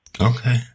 Okay